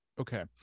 Okay